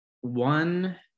one